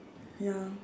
ya